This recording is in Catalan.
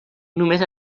només